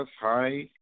hi